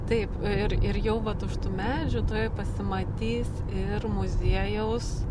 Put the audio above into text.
taip ir ir jau vat už tų medžių tuoj pasimatys ir muziejaus